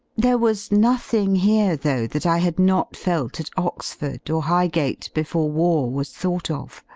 there was nothing here though that i had not felt at oxford or highgate before war was thought of